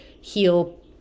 heal